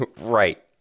Right